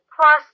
plus